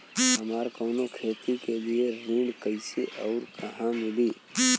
हमरा कवनो खेती के लिये ऋण कइसे अउर कहवा मिली?